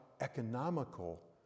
economical